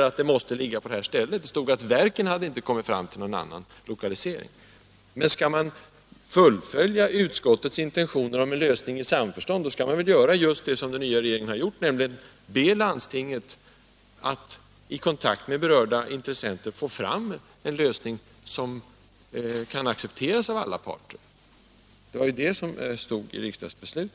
att en terminal måste ligga på detta ställe. Det står att verken inte hade kommit fram till någon annan lokalisering. Skall man fullfölja utskottets intentioner om en lösning i samförstånd, så skall man väl göra som den nya regeringen, nämligen be landstinget i kontakt med berörda intressenter få fram en lösning som kan accepteras av alla parter. Det var ju det som stod i riksdagsbeslutet.